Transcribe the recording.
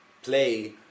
play